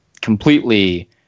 Completely